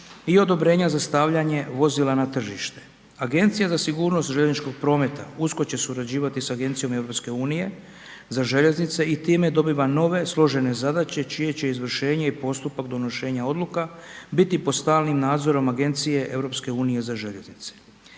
i odobrenja za stavljanje vozila na tržište. Agencija za sigurnost željezničkog prometa usko će surađivati sa Agencijom EU za željeznice i time dobiva nove složene zadaće čije će izvršenje i postupak donošenja odluka biti pod stalnim nadzorom Agencije EU za željeznice.